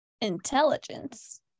intelligence